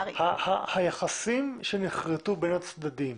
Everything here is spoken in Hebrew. היחסים שנכרתו בין הצדדים